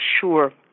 sure